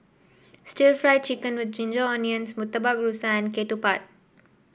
stir Fry Chicken with Ginger Onions Murtabak Rusa and ketupat